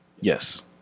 Yes